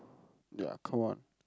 ya come on